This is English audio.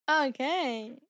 Okay